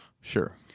Sure